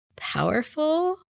Powerful